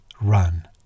run